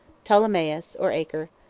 ptolemais or acre,